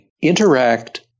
interact